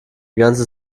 ganze